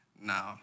no